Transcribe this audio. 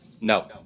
No